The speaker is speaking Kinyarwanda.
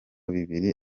bibiri